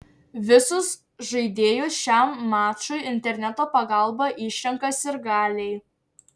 visus žaidėjus šiam mačui interneto pagalba išrenka sirgaliai